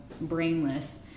brainless